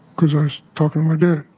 because i was talking to my dad.